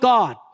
God